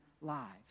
lives